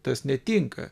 tas netinka